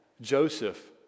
Joseph